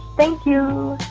thank you.